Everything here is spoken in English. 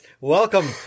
welcome